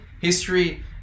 history